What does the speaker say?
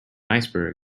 iceberg